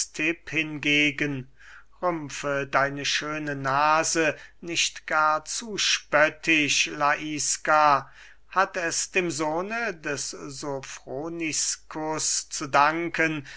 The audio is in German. hingegen rümpfe deine schöne nase nicht gar zu spöttisch laiska hat es dem sohne des sofroniskus zu danken